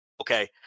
Okay